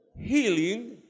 healing